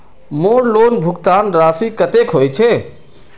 मोर लोन भुगतान राशि कतेक होचए?